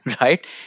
right